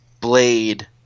Blade